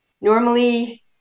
normally